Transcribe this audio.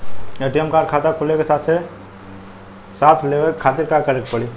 ATM card खाता खुले के साथे साथ लेवे खातिर का करे के पड़ी?